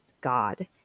God